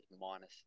minus